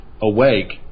awake